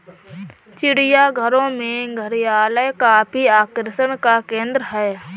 चिड़ियाघरों में घड़ियाल काफी आकर्षण का केंद्र है